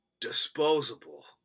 disposable